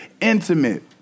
intimate